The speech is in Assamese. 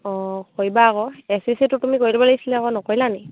অঁ কৰিবা আকৌ এছ এছ চিটো তুমি কৰি দিব লাগিছিলে আকৌ নকৰিলানি